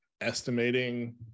estimating